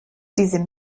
diese